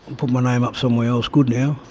put my name up somewhere else good now.